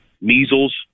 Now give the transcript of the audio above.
measles